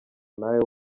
nawe